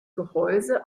gehäuse